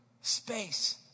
space